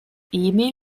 emil